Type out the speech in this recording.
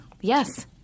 Yes